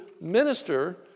minister